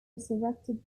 resurrected